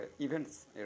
events